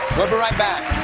we'll be right back!